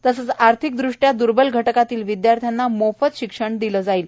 तसंच आर्थिक दृष्ट्या दुर्बल घटकातील विद्याथ्र्यांना मोफत षिक्षण दिलं जाईल